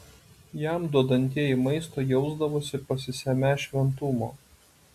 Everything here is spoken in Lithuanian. jam duodantieji maisto jausdavosi pasisemią šventumo